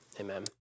amen